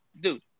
dude